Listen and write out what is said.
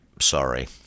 sorry